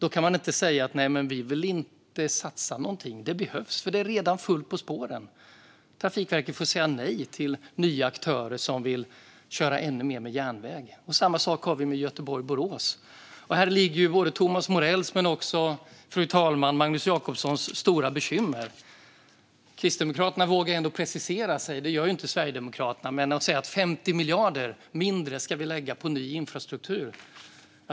Då kan man inte säga: Nej, men vi vill inte satsa någonting. Detta behöver göras, för det är redan fullt på spåren. Trafikverket får säga nej till nya aktörer som vill köra ännu mer med järnväg. Samma sak är det med Göteborg-Borås. Här ligger Thomas Morells men också Magnus Jacobssons stora bekymmer. Kristdemokraterna vågar ändå precisera sig - det gör inte Sverigedemokraterna - och säger att 50 miljarder mindre ska läggas på ny infrastruktur.